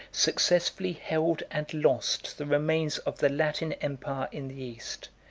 successively held and lost the remains of the latin empire in the east,